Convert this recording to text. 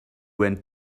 went